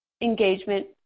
engagement